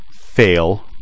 fail